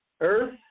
earth